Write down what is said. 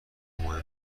مهم